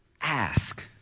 ask